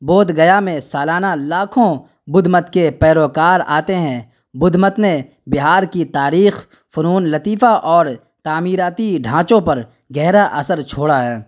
بودھ گیا میں سالانہ لاکھوں بدھ مت کے پیروکار آتے ہیں بدھ مت نے بہار کی تاریخ فنون لطیفہ اور تعمیراتی ڈھانچوں پر گہرا اثر چھوڑا ہے